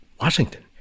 Washington